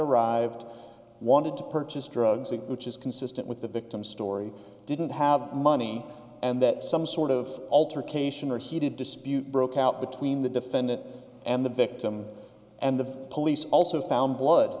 arrived wanted to purchase drugs which is consistent with the victim's story didn't have money and that some sort of altercation or heated dispute broke out between the defendant and the victim and the police also found blood